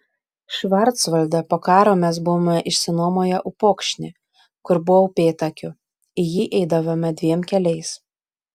švarcvalde po karo mes buvome išsinuomoję upokšnį kur buvo upėtakių į jį eidavome dviem keliais